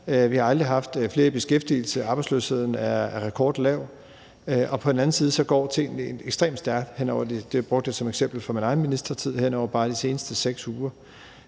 vi har aldrig haft flere i beskæftigelse, arbejdsløsheden er rekordlav. På den anden side går tingene ekstremt stærkt. Hen over – jeg brugte min egen ministertid som eksempel – bare de seneste 6 uger